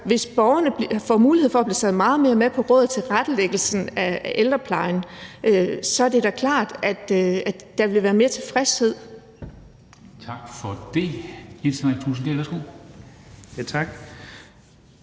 hvis borgerne får mulighed for at blive taget meget mere med på råd i tilrettelæggelsen af ældreplejen, så er det da klart, at der vil være større tilfredshed. Kl. 11:53 Formanden (Henrik Dam Kristensen): Tak